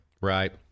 Right